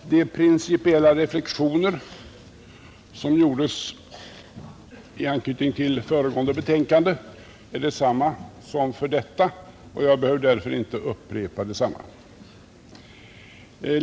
Herr talman! De principiella reflexioner som gjordes i anknytning till behandlingen av föregående betänkande är desamma som för detta, och jag behöver därför inte upprepa dem.